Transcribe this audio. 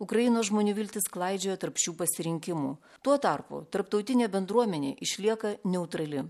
ukrainos žmonių viltys klaidžioja tarp šių pasirinkimų tuo tarpu tarptautinė bendruomenė išlieka neutrali